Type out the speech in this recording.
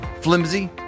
flimsy